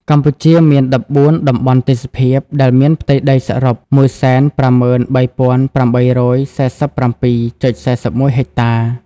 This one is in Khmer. កម្ពុជាមាន ១៤ តំបន់ទេសភាព ដែលមានផ្ទៃដីសរុប ១៥៣,៨៤៧.៤១ ហិកតា។